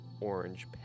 Orange